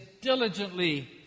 diligently